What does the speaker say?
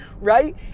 right